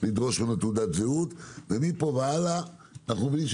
לדרוש ממנו תעודת זהות ומפה והלאה אנו יודעים